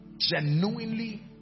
Genuinely